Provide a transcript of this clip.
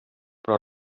però